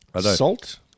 Salt